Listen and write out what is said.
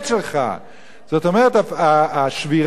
זאת אומרת, שבירת המערכות